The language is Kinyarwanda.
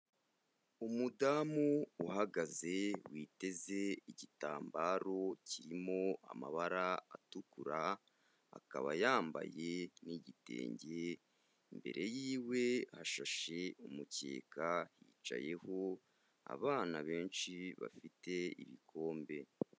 Umudamu uhagaze witeze igitambaro kirimo amabara atukura, akaba yambaye n'igitenge, imbere y'iwe hashashe umukeka hicayeho abana benshi bafite ibikombe.